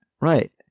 right